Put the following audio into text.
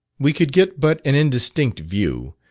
we could get but an indistinct view,